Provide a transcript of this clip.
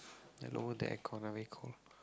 hello the aircon a bit cold